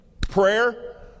Prayer